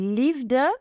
liefde